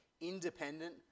independent